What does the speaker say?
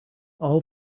all